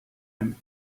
him